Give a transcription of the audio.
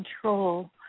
control